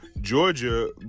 Georgia